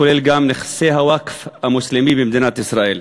כולל נכסי הווקף המוסלמי במדינת ישראל.